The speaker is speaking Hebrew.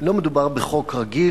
לא מדובר בחוק רגיל,